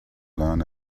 learn